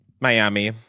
Miami